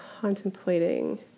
Contemplating